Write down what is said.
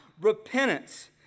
repentance